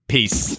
Peace